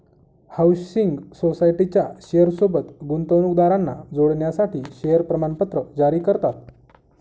housing सोसायटीच्या share सोबत गुंतवणूकदारांना जोडण्यासाठी शेअर प्रमाणपत्र जारी करतात